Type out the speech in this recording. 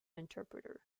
interpreter